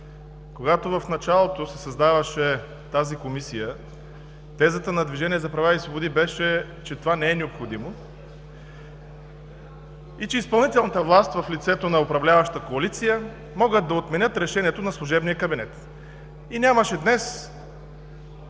Когато в началото се създаваше тази Комисия, тезата на „Движението за права и свободи“ беше, че това не е необходимо, че изпълнителната власт в лицето на управляващата коалиция могат да отменят решението на служебния кабинет и нямаше днес